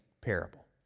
parable